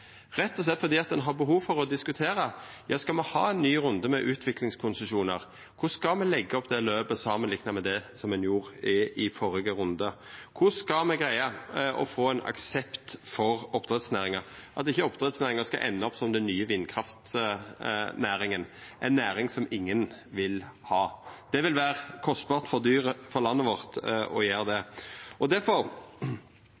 rett og slett fordi ein har behov for å diskutera: Skal me ha ein ny runde med utviklingskonsesjonar? Korleis skal me leggja opp det løpet samanlikna med det ein gjorde i førre runde? Korleis skal me greia å få ein aksept for oppdrettsnæringa, slik at ikkje oppdrettsnæringa skal enda opp som den nye vindkraftnæringa, ei næring som ingen vil ha? Det vil vera kostbart for landet vårt. Difor trur eg det